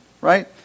right